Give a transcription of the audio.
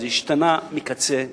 זה השתנה מקצה לקצה,